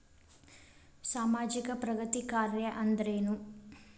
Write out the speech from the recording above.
ಸಾಮಾಜಿಕ ಪ್ರಗತಿ ಕಾರ್ಯಾ ಅಂದ್ರೇನು?